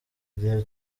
igihe